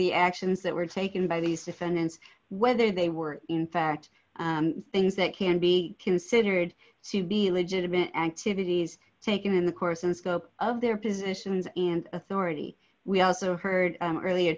the actions that were taken by these defendants whether they were in fact things that can be considered to be illegitimate activities taken in the course and scope of their positions and authority we also heard earlier